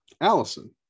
Allison